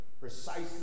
precisely